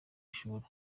ishuri